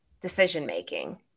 decision-making